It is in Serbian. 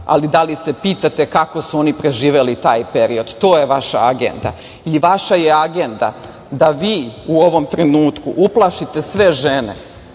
Da li se pitate kako su oni preživeli taj period? To je vaša agenda. I vaša je agenda da vi u ovom trenutku uplašite sve žene